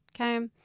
Okay